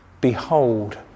Behold